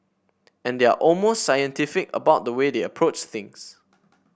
and they are almost scientific about the way they approach things